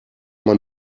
man